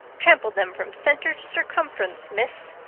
trampled them from center to circumference, miss.